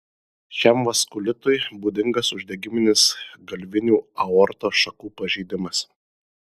šiam vaskulitui būdingas uždegiminis galvinių aortos šakų pažeidimas